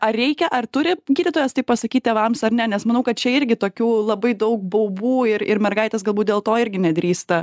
ar reikia ar turi gydytojas tai pasakyt tėvams ar ne nes manau kad čia irgi tokių labai dau baubų ir ir mergaitės galbūt dėl to irgi nedrįsta